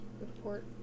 Report